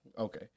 Okay